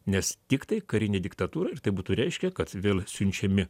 nes tiktai karinė diktatūra ir tai būtų reiškę kad vėl siunčiami